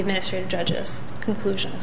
administration judges conclusions